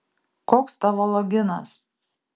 koks tavo loginas